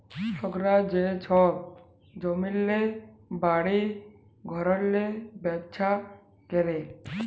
লকরা যে ছব জমিল্লে, বাড়ি ঘরেল্লে ব্যবছা ক্যরে